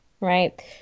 right